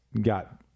got